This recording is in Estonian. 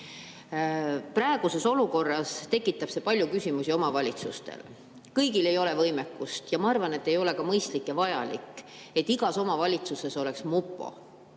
Praeguses olukorras tekitab see omavalitsustes palju küsimusi. Kõigil ei ole võimekust ja ma arvan, et ei ole ka mõistlik ja vajalik, et igas omavalitsuses oleks mupo,